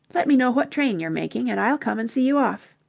let me know what train you're making and i'll come and see you off.